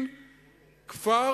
מכובדי